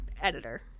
editor